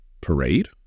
parade